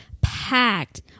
packed